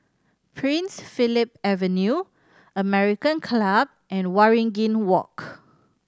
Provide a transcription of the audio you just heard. Prince Philip Avenue American Club and Waringin Walk